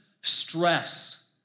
stress